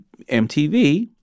MTV